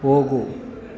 ಹೋಗು